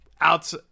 out